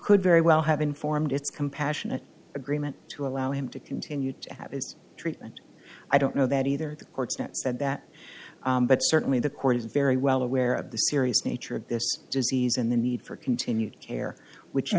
could very well have informed its compassionate agreement to allow him to continue to have his treatment i don't know that either the courts now said that but certainly the court is very well aware of the serious nature of this disease and the need for continued care which